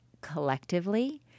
collectively